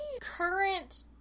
current